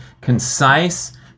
concise